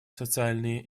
социальные